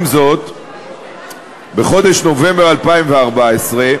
עם זאת, בחודש נובמבר 2014,